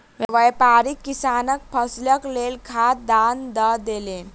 व्यापारी किसानक फसीलक लेल खाद दान दअ देलैन